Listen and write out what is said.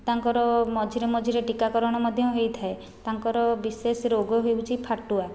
ତାଙ୍କର ମଝିରେ ମଝିରେ ଟୀକାକରଣ ମଧ୍ୟ ହୋଇଥାଏ ତାଙ୍କର ବିଶେଷ ରୋଗ ହେଉଛି ଫାଟୁଆ